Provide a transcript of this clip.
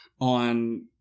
on